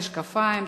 משקפיים,